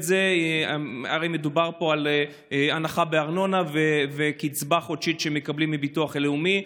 זה הרי מדובר פה על הנחה בארנונה וקצבה חודשית שמקבלים מהביטוח הלאומי.